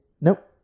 Nope